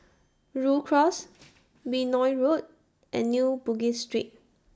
Rhu Cross Benoi Road and New Bugis Street